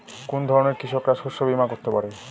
কোন ধরনের কৃষকরা শস্য বীমা করতে পারে?